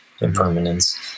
impermanence